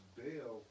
bail